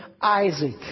Isaac